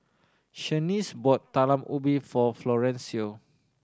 Shaniece bought Talam Ubi for Florencio